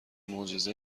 معجزه